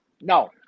No